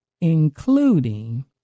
including